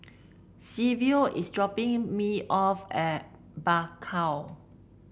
Silvio is dropping me off at Bakau